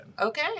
Okay